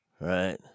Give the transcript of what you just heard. right